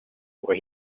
where